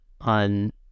on